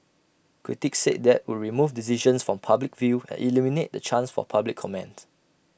critics said that would remove decisions from public view and eliminate the chance for public comment